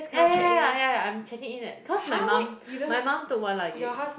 ya ya ya ya ya I'm checking in at cause my mum my mum took one luggage